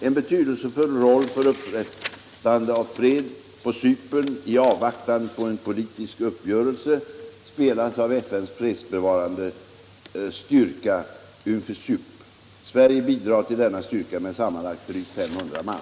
En betydelsefull roll för upprätthållande av fred på Cypern i avvaktan på en politisk uppgörelse spelas av FN:s fredsbevarande styrka, UNFI CYP. Sverige bidrager till denna styrka med sammanlagt drygt 500 man.